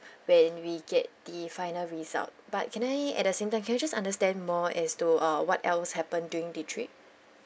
when we get the final result but can I at the same time can we just understand more as to uh what else happened during the trip